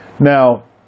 Now